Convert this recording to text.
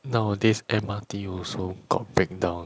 nowadays M_R_T also got breakdown